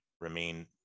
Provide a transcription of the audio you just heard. remain